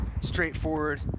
straightforward